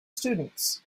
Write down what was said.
students